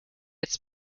its